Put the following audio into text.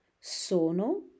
Sono